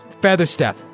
Featherstep